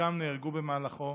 שחלקם נהרגו במהלכו,